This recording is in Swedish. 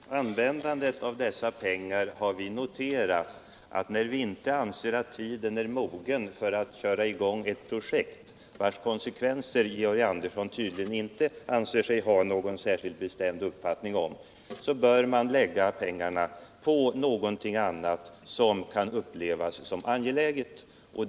Herr talman! När det gäller användandet av dessa pengar har vi noterat att när vi inte anser att tiden är mogen för att köra i gång ett projekt — vars konsekvenser Georg Andersson tydligen inte anser sig ha någon särskilt bestämd uppfattning om — bör man lägga pengarna på någonting annat som ” kan upplevas som angeläget.